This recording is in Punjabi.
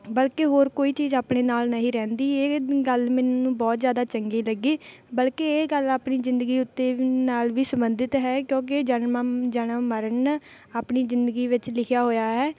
ਬਲਕਿ ਹੋਰ ਕੋਈ ਚੀਜ਼ ਆਪਣੇ ਨਾਲ ਨਹੀਂ ਰਹਿੰਦੀ ਇਹ ਗੱਲ ਮੈਨੂੰ ਬਹੁਤ ਜ਼ਿਆਦਾ ਚੰਗੀ ਲੱਗੀ ਬਲਕਿ ਇਹ ਗੱਲ ਆਪਣੀ ਜ਼ਿੰਦਗੀ ਉੱਤੇ ਵੀ ਨਾਲ ਵੀ ਸੰਬੰਧਿਤ ਹੈ ਕਿਉਂਕਿ ਜਨਮ ਜਨਮ ਮਰਨ ਆਪਣੀ ਜ਼ਿੰਦਗੀ ਵਿੱਚ ਲਿਖਿਆ ਹੋਇਆ ਹੈ